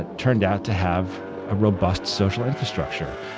ah turned out to have a robust social infrastructure.